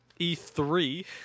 E3